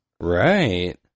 Right